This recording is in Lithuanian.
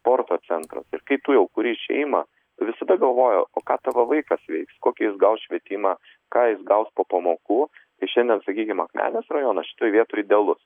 sporto centras ir kai tu jau kuri šeimą visada galvoja o ką tavo vaikas veiks kokį jis gaus švietimą ką jis gaus po pamokų tai šiandien sakykim akmenės rajonas šitoj vietoj idealus